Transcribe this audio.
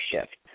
shift